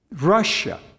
Russia